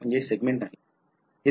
येथे आणखी एक विभाग आहे